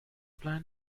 planned